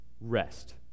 rest